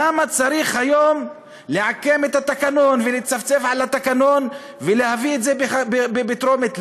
למה צריך היום לעקם את התקנון ולצפצף על התקנון ולהביא את זה בטרומית,